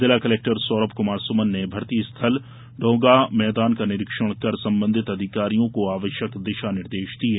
जिला कलैक्टर सौरभ कुमार सुमन ने भर्ती स्थल ढौगा मैदान का निरीक्षण कर संबंधित अधिकारियों को आवश्यक दिशा निर्देश दिये